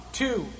two